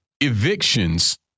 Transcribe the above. evictions